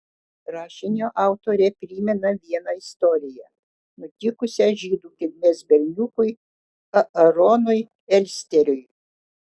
rašinio autorė primena vieną istoriją nutikusią žydų kilmės berniukui aaronui elsteriui